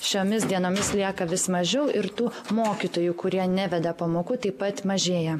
šiomis dienomis lieka vis mažiau ir tų mokytojų kurie neveda pamokų taip pat mažėja